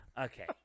Okay